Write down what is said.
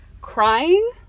crying